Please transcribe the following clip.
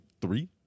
Three